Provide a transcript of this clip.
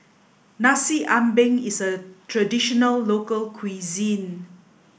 Nasi Ambeng is a traditional local cuisine